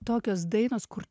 tokios dainos kur